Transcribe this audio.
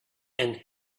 and